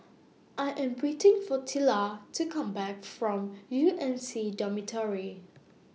I Am waiting For Tilla to Come Back from U M C Dormitory